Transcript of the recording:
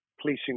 Policing